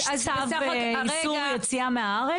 יש צו איסור יציאה מהארץ?